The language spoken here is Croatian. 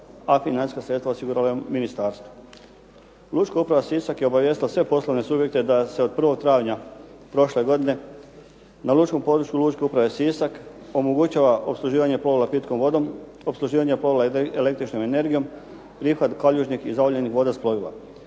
a financijska sredstva osiguralo je ministarstvo. Lučka uprava Sisak je obavijestila sve poslovne subjekte da se od 1. travnja prošle godine na lučkom području Lučke uprave Sisak omogućava opsluživanje plovila pitkom vodom, opsluživanje plovila električnom energijom, prihvat kaljužnih i .../Govornik